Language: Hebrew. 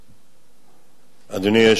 אדוני היושב-ראש, כנסת נכבדה,